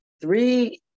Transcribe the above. Three